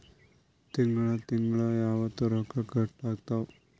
ತಿಂಗಳ ತಿಂಗ್ಳ ಯಾವತ್ತ ರೊಕ್ಕ ಕಟ್ ಆಗ್ತಾವ?